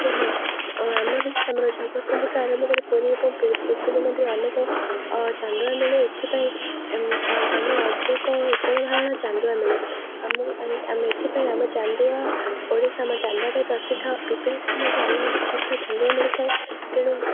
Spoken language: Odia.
ଏ ହଁ ଆମର ଆମର ଜଗତସିଂପୁରଠୁ ଆରମ୍ଭ କରି ପୁରୀ ଏବଂ ପିପିଲି ମଧ୍ୟ ଅନେକ ଚାନ୍ଦୁଆ ମିଳେ ଏଥିପାଇଁ ଅନେକ ଉତ୍ତମ ଧରଣ ଚାନ୍ଦୁଆ ମିଳେ ଆମ ଏଥିପାଇଁ ଆମ ଚାନ୍ଦୁଆ ଓଡ଼ିଶା ଆମ ଚାନ୍ଦୁଆ ପାଇଁ ପ୍ରସିଦ୍ଧ ପିପିଲି'ଟାରେ ମଧ୍ୟ ଅନେକ ପ୍ରକାର ଚାନ୍ଦୁଆ ମିଳିଥାଏ ତେଣୁ